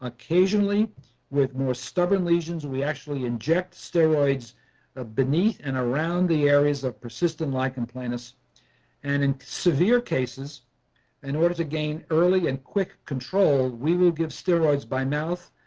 occasionally with more stubborn lesions we actually inject steroids ah beneath and around the areas of persistent lichen planus and in severe cases in order to gain early and quick control, we will give steroids by mouth